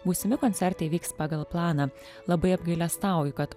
būsimi koncertai vyks pagal planą labai apgailestauju kad